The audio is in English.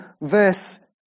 verse